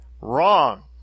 Wrong